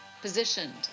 positioned